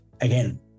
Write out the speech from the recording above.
again